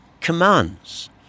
commands